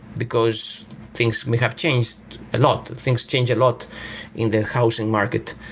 because things may have changed a lot. things change a lot in the housing market,